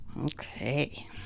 Okay